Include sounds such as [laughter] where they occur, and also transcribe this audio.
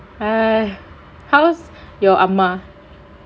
[noise] how's your amma